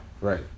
Right